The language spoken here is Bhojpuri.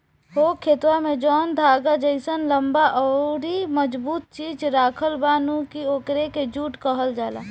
हो खेतवा में जौन धागा जइसन लम्बा अउरी मजबूत चीज राखल बा नु ओकरे के जुट कहल जाला